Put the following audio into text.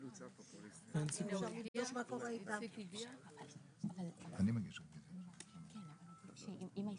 אנחנו ממתינים כדי שיגיעו לאיזה